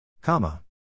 Comma